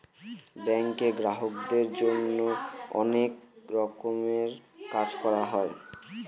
ব্যাঙ্কে গ্রাহকদের জন্য অনেক রকমের কাজ করা হয়